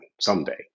someday